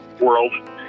world